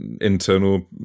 internal